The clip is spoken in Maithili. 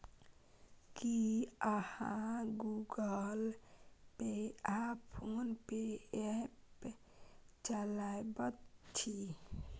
की अहाँ गुगल पे आ फोन पे ऐप चलाबैत छी?